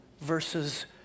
versus